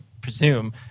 presume